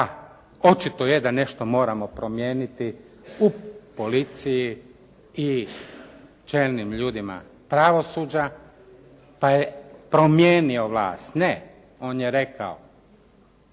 očito je da nešto moramo promijeniti u policiji i čelnim ljudima pravosuđa, pa je promijenio vlast. Ne, on je rekao